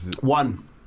one